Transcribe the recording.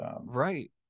right